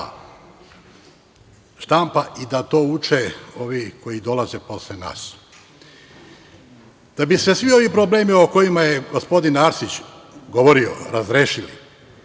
štampa i da to uče ovi koji dolaze posle nas. Da bi se svi ovi problemi o kojima je gospodin Arsić govorio razrešili,